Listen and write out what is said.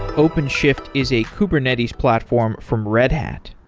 openshift is a kubernetes platform from red hat.